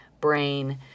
brain